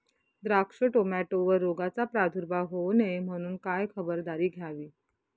द्राक्ष, टोमॅटोवर रोगाचा प्रादुर्भाव होऊ नये म्हणून काय खबरदारी घ्यावी?